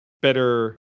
better